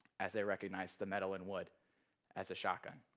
as i recognize the metal and wood as a shotgun.